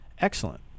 Excellent